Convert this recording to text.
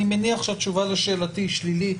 אני מניח שהתשובה לשאלתי היא שלילית,